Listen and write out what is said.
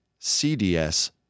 CDS